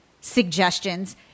suggestions